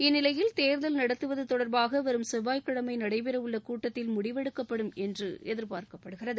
இந்நிலையில் தேர்தல் நடத்துவது தொடர்பாக வரும் செவ்வாய்கிழமை நடைபெறவுள்ள கூட்டத்தில் முடிவெடுக்கப்படும் என்று எதிர்பார்க்கப்படுகிறது